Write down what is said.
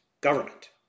government